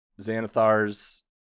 Xanathar's